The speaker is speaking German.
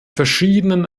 verschiedenen